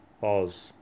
Pause